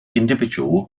individual